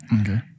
Okay